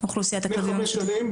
לפני חמש שנים,